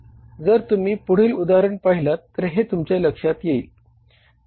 जर तुम्ही पुढील उदाहरण पाहिलात तर हे तुमच्या लक्षात येईल